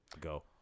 Go